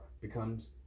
becomes